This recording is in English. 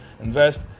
Invest